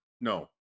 no